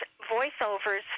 voiceovers